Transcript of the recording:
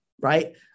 right